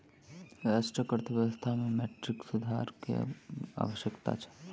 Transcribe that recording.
राष्ट्रक अर्थव्यवस्था में मौद्रिक सुधार के आवश्यकता छल